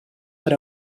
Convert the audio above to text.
per